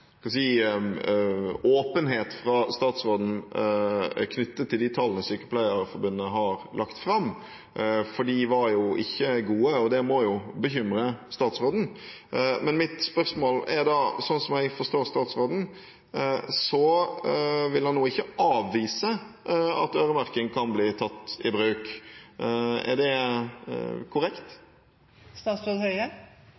åpenhet fra statsråden knyttet til de tallene som Sykepleierforbundet har lagt fram, for de var jo ikke gode, og det må jo bekymre statsråden. Men slik jeg forstår statsråden, så vil han nå ikke avvise at øremerking kan bli tatt i bruk. Er det korrekt?